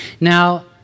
Now